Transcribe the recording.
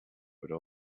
would